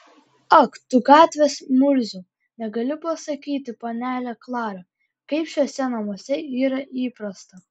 ak tu gatvės murziau negali pasakyti panelę klarą kaip šiuose namuose yra įprasta